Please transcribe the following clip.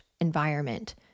environment